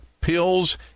pills